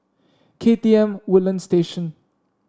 K T M Woodlands Station